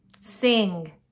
sing